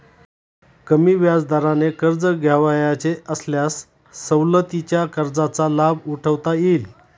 कमी व्याजदराने कर्ज घ्यावयाचे असल्यास सवलतीच्या कर्जाचा लाभ उठवता येईल